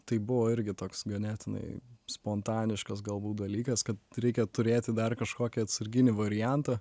tai buvo irgi toks ganėtinai spontaniškas galbūt dalykas kad reikia turėti dar kažkokį atsarginį variantą